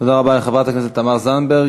תודה רבה לחברת הכנסת תמר זנדברג.